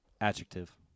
Adjective